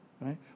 right